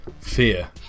Fear